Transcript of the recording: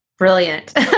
Brilliant